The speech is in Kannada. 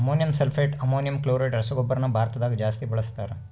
ಅಮೋನಿಯಂ ಸಲ್ಫೆಟ್, ಅಮೋನಿಯಂ ಕ್ಲೋರೈಡ್ ರಸಗೊಬ್ಬರನ ಭಾರತದಗ ಜಾಸ್ತಿ ಬಳಸ್ತಾರ